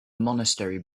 monastery